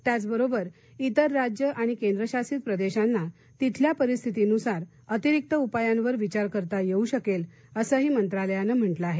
त्याचबरोबर इतर राज्ये आणि केंद्रशासित प्रदेशांना तिथल्या परीस्थीतीनुसार अतिरिक्त उपायांवर विचार करता येवू शकेल असंही मंत्रालयानं म्हटलं आहे